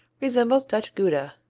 resembles dutch gouda.